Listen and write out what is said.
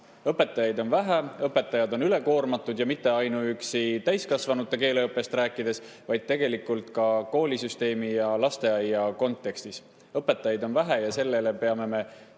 Õpetajaid on vähe, õpetajad on üle koormatud ja seda mitte ainuüksi täiskasvanute keeleõppes, vaid tegelikult ka koolisüsteemis ja lasteaedades. Õpetajaid on vähe ja sellele me peame